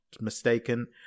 mistaken